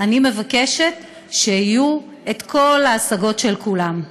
אני מבקשת שיהיו כל ההשגות של כולם.